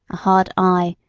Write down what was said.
a hard eye,